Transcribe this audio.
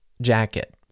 jacket